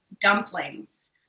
dumplings